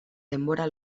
denbora